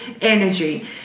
energy